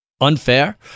unfair